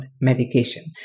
medication